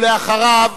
ואחריו,